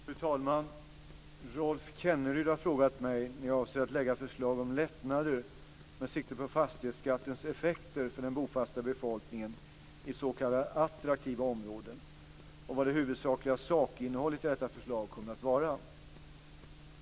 Fru talman! Rolf Kenneryd har frågat mig när jag avser lägga fram förslag om lättnader med sikte på fastighetsskattens effekter för den bofasta befolkningen i s.k. attraktiva områden och vad det huvudsakliga sakinnehållet i detta förslag kommer att vara.